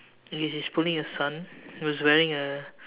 okay she is pulling her son he was wearing a